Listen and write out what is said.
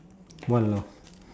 !walao!